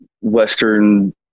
Western